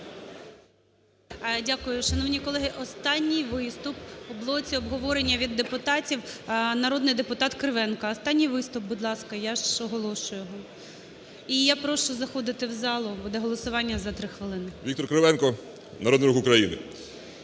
Дякую. Шановні колеги, останній виступ в блоці обговорення від депутатів. Народний депутат Кривенко. Останній виступ, будь ласка, я ж оголошую його. І я прошу заходити в залу, буде голосування за 3 хвилини. 11:34:00 КРИВЕНКО В.М. Віктор Кривенко, Народний Рух України.